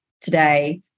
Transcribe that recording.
today